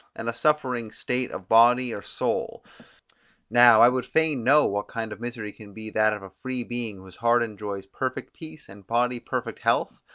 and a suffering state of body or soul now i would fain know what kind of misery can be that of a free being, whose heart enjoys perfect peace, and body perfect health?